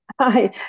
Hi